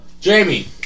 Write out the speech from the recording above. Jamie